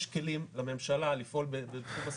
יש כלים לממשלה לפעול בתחום הסביבתי,